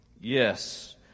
Yes